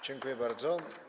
Dziękuję bardzo.